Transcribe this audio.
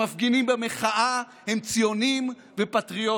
המפגינים במחאה הם ציונים ופטריוטים.